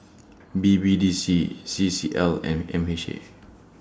B B D C C C L and M H A